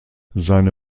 seine